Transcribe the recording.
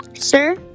Sir